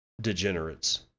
degenerates